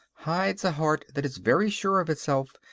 hides a heart that is very sure of itself,